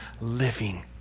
living